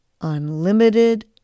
unlimited